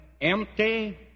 Empty